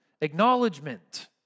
acknowledgement